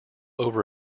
over